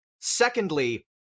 Secondly